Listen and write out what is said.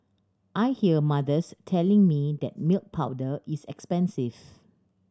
I hear mothers telling me that milk powder is expensive